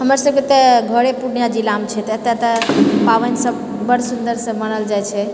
हमर सबके तऽ घरे पूर्णिया जिलामे छै तऽ एतऽ तऽ पाबनि सब बड़ सुन्दरसँ मनाओल जाइत छै